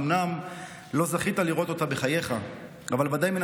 אומנם לא זכית לראות אותה בחייך אבל בוודאי מן